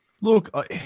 Look